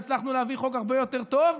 והצלחנו להביא חוק הרבה יותר טוב,